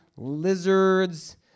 lizards